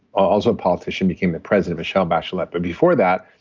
also a politician, became the president, michelle bachelet but before that,